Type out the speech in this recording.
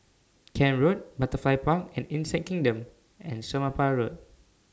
Camp Road Butterfly Park and Insect Kingdom and Somapah Road